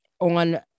on